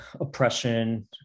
oppression